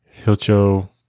Hilcho